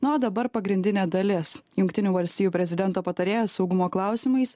na o dabar pagrindinė dalis jungtinių valstijų prezidento patarėjas saugumo klausimais